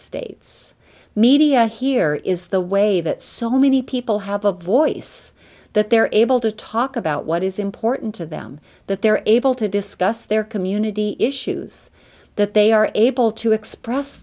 states media here is the way that so many people have a voice that they're able to talk about what is important to them that they're able to discuss their community issues that they are able to express